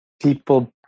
People